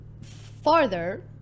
farther